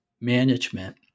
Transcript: management